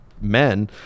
men